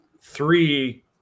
three